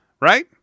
right